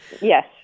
Yes